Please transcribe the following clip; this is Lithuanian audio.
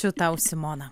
čia tau simona